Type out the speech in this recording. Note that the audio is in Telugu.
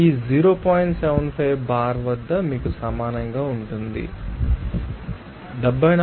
75 బార్ వద్ద మీకు సమానంగా ఉంటుంది 74